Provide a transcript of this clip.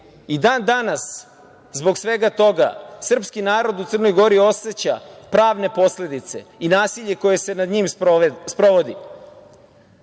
I dan-danas zbog svega toga srpski narod u Crnoj Gori oseća pravne posledice i nasilje koje se nad njim sprovodi. Godine